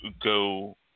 go